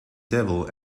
devil